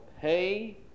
pay